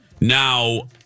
Now